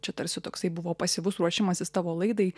čia tarsi toksai buvo pasyvus ruošimasis tavo laidai